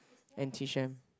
and teach them